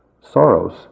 sorrows